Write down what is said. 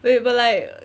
wait but like